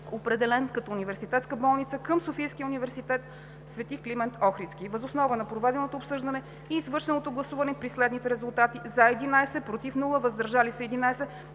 определен като университетска болница към Софийския университет „Св. Климент Охридски“. Въз основа на проведеното обсъждане и извършеното гласуване при следните резултати: „за“ – 11,